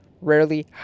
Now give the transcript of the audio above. rarely